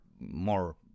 more